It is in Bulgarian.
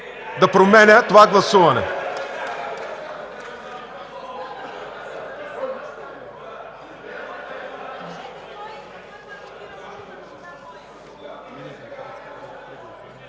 да променя това гласуване!